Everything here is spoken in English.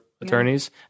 attorneys